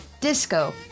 disco